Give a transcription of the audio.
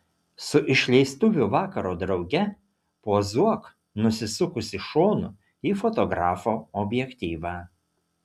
su išleistuvių vakaro drauge pozuok nusisukusi šonu į fotografo objektyvą